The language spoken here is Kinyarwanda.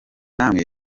namwe